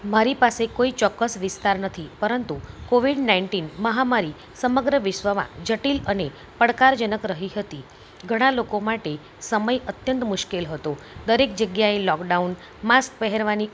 મારી પાસે કોઈ ચોક્કસ વિસ્તાર નથી પરંતુ કોવીડ નાઇટીન મહામારી સમગ્ર વિશ્વમાં જટિલ અને પડકારજનક રહી હતી ઘણા લોકો માટે સમય અત્યંત મુશ્કેલ હતો દરેક જગ્યાએ લોકડાઉન માસ્ક પહેરવાની